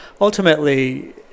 ultimately